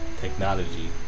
technology